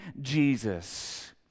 Jesus